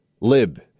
lib